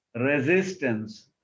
resistance